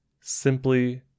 simply